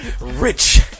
Rich